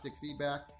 feedback